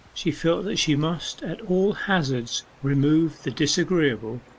she felt that she must at all hazards remove the disagreeable,